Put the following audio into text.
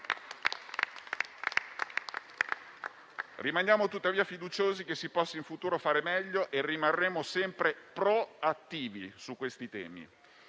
Rimaniamo tuttavia fiduciosi che si possa in futuro fare meglio e rimarremo sempre proattivi su questi temi.